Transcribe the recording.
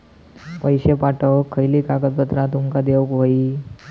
पैशे पाठवुक खयली कागदपत्रा तुमका देऊक व्हयी?